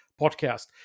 podcast